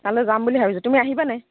তালৈ যাম বুলি ভাবিছোঁ তুমি আহিবানে